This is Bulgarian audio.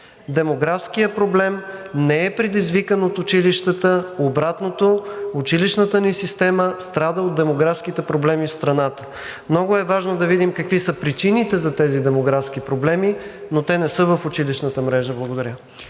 Демографският проблем не е предизвикан от училищата – обратното, училищната ни система страда от демографските проблеми в страната. Много е важно да видим какви са причините за тези демографски проблеми, но те не са в училищната мрежа. Благодаря.